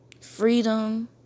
freedom